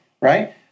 Right